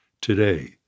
today